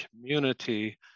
community